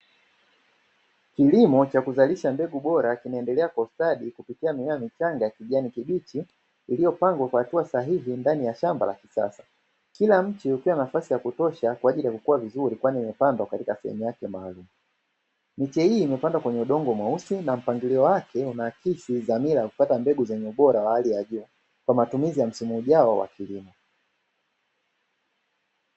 Kilimo cha kuzalisha mbegu bora kinaendelea kustadi kupitia mimea michanga ya kijani kibichi iliyopangwa kwa hatua sahihi ndani ya shamba la kisasa, kila mche ukiwa na nafasi ya kutosha kwa ajili ya kukuwa vizuri kwani imepandwa katika sehemu yake maalum, miche hii imepanda kwenye udongo mweusi na mpangilio wake una akisi dhamira ya kupata mbegu zenye ubora wa hali ya juu kwa matumizi ya msimu ujao wa kilimo.